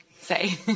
say